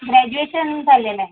graduation झालेलं आहे